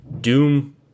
Doom